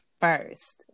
first